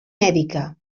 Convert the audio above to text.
mèdica